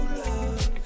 love